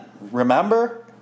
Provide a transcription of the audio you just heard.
Remember